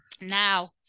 Now